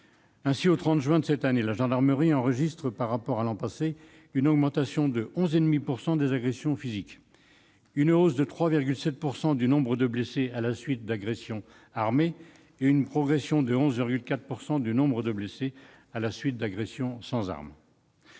Ainsi, au 30 juin de cette année, la gendarmerie a enregistré une augmentation de 11,5 % des agressions physiques par rapport à l'an passé, une hausse de 3,7 % du nombre de blessés à la suite d'agressions armées et une progression de 11,4 % du nombre de blessés à la suite d'agressions sans arme.